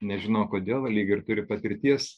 nežinau kodėl lyg ir turiu patirties